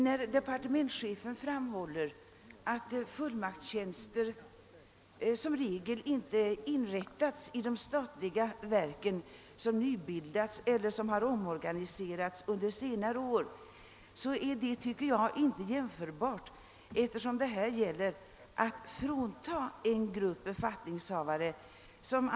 När departementschefen framhåller rättats i de statliga verk som nybildats eller som har omorganiserats under senare år, vill jag säga att detta enligt min mening inte är jämförbart, eftersom det här gäller att frånta en grupp befattningshavare en förmån.